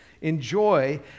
enjoy